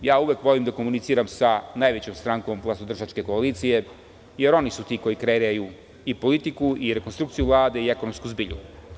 Ja uvek volim da komuniciram sa najvećom strankom vlastodržačke koalicije, jer oni su ti koji kreiraju i politiku i rekonstrukciju Vlade i ekonomsku zbilju.